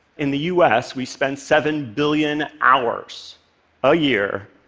in the us, we spend seven billion hours a year,